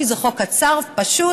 כי זה חוק קצר ופשוט